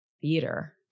theater